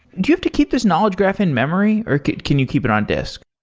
do you have to keep this knowledge graph in memory, or can you keep it on disk?